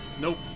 Nope